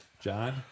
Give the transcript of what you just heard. John